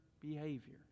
behavior